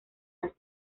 las